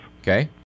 Okay